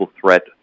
threat